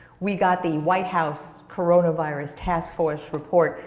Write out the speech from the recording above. we got the white house coronavirus task force report,